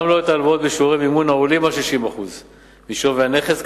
גם לא הלוואות בשיעורי מימון העולים על 60% משווי הנכס,